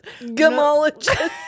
Gemologist